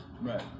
right